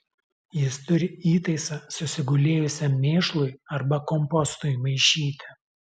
jis turi įtaisą susigulėjusiam mėšlui arba kompostui maišyti